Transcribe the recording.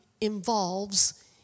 involves